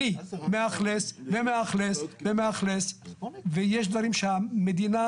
אני מאכלס ומאכלס ויש דברים שהמדינה